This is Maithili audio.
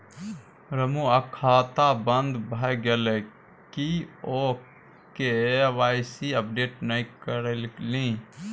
रमुआक खाता बन्द भए गेलै किएक ओ अपन के.वाई.सी अपडेट नहि करेलनि?